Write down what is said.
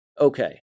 Okay